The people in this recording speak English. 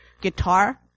guitar